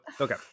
okay